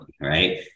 right